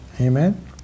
Amen